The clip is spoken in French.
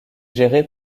géré